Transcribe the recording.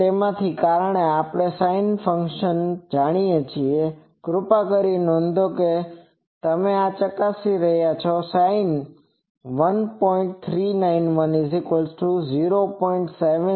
તેથી કારણ કે આપણે sin c ફંક્શન જાણીએ છીએ કૃપા કરીને નોંધો કે તમે આ ચકાસી શકો છો sinc 1